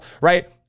right